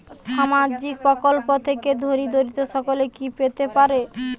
সামাজিক প্রকল্প থেকে ধনী দরিদ্র সকলে কি পেতে পারে?